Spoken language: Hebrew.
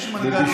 יש מנגנונים,